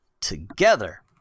Together